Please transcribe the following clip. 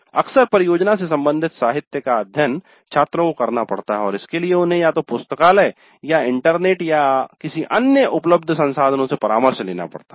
अक्सर परियोजना से संबंधित साहित्य का अध्ययन छात्रों को करना पड़ता है और इसके लिए उन्हें या तो पुस्तकालय या इंटरनेट या किसी अन्य उपलब्ध संसाधनों से परामर्श लेना पड़ता है